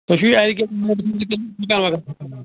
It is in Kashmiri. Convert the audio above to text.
ژٕ چھُے اَتہِ